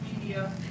media